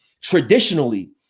traditionally